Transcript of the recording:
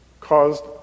caused